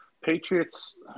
Patriots